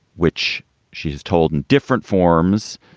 which she is told in different forms,